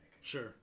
Sure